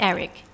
Eric